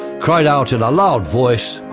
cried out in a loud voice,